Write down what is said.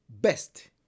best